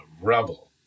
rubble